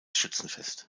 schützenfest